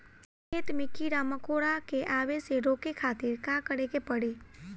खेत मे कीड़ा मकोरा के आवे से रोके खातिर का करे के पड़ी?